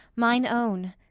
mine own,